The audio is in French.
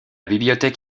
bibliothèque